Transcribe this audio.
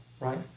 Right